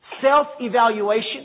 self-evaluation